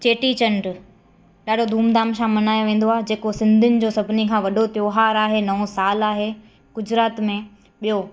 चेटीचंड ॾाढो धूमधाम सां मल्हायो वेंदो आहे जेको सिंधियुनि जो सभिनी खां वॾो त्योहारु आहे नओ साल आहे गुजरात में ॿियो